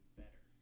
better